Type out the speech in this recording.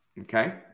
Okay